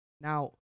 Now